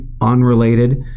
unrelated